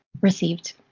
received